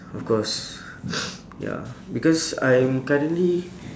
of course ya because I'm currently